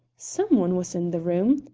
some one was in the room.